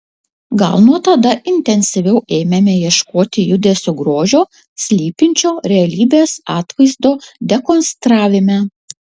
gal nuo tada intensyviau ėmėme ieškoti judesio grožio slypinčio realybės atvaizdo dekonstravime